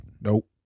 Nope